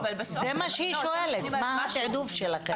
זה מה שהיא שואלת, מה התעדוף שלה כיום.